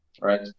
right